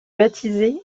baptisé